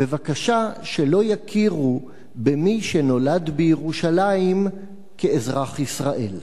בבקשה שלא יכירו במי שנולד בירושלים כאזרח ישראל,